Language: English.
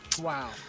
wow